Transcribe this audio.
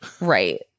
Right